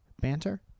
BANTER